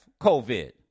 COVID